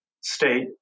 state